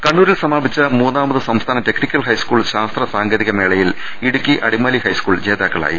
കണ്ണൂരിൽ സമാപിച്ച മൂന്നാമത് സംസ്ഥാന ടെക്നിക്കൽ ഹൈസ്കൂൾ ശാസ്ത്ര സാങ്കേതിക മേളയിൽ ഇടുക്കി അടിമാലി ഹൈസ്കൂൾ ജേതാക്കളായി